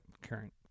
Current